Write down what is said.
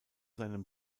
seinem